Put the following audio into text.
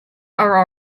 are